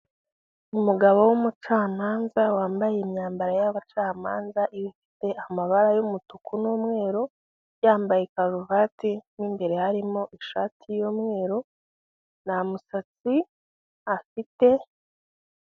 Umugabo w’umucamanza wambaye imyambaro y’abacamanza ifite amabara y’umutuku n’umweru, yambaye karuvati mo imbere harimo ishati y’umweru, nta musatsi afite.